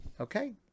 Okay